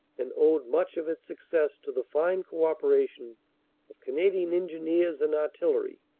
and owed much of its success to the fine co-operation of canadian engineers and artillery.